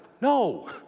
No